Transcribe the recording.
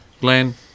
Glenn